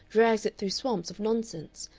drags it through swamps of nonsense,